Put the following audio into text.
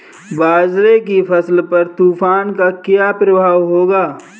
बाजरे की फसल पर तूफान का क्या प्रभाव होगा?